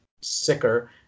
sicker